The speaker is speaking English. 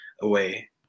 away